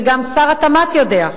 וגם שר התמ"ת יודע,